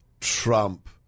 Trump